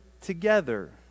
together